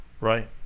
Right